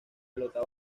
pelota